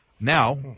Now